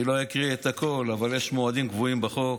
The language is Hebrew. אני לא אקריא את הכול, אבל יש מועדים קבועים בחוק.